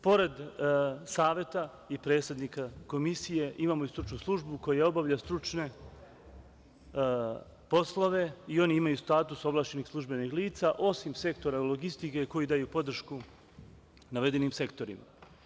Pored Saveta i predsednika Komisije imamo i stručnu službu koja obavlja stručne poslove i oni imaju status ovlašćenih službenih lica, osim Sektora logistike koji daju podršku navedenim sektorima.